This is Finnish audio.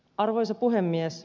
arvoisa puhemies